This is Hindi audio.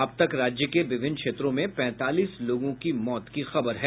अब तक राज्य के विभिन्न क्षेत्रों में पैंतालीस लोगों की मौत की खबर है